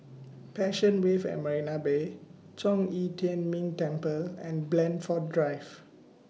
Passion Wave At Marina Bay Zhong Yi Tian Ming Temple and Blandford Drive